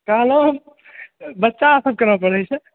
कहलहुँ हम बच्चा सब केना पढ़ैत छै